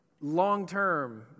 long-term